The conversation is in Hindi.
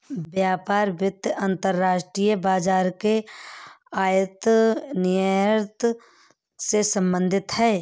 व्यापार वित्त अंतर्राष्ट्रीय बाजार के आयात निर्यात से संबधित है